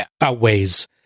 outweighs